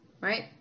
right